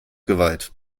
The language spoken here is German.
geweiht